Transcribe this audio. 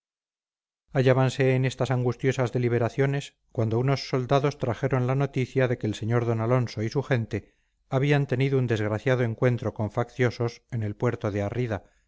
hallábanse en estas angustiosas deliberaciones cuando unos soldados trajeron la noticia de que el sr d alonso y su gente habían tenido un desgraciado encuentro con facciosos en el puerto de arrida